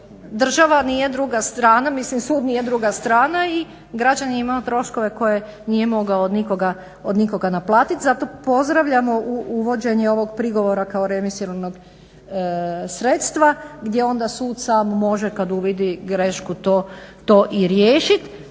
država nije druga strana, mislim sud nije druga strana i građanin je imao troškove koje nije mogao od nikoga naplatiti. Zato pozdravljamo uvođenje ovog prigovora kao remisornog sredstva gdje onda sud sam može kad uvidi grešku to i riješiti.